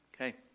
Okay